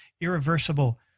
Irreversible